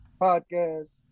podcast